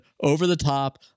over-the-top